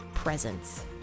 presence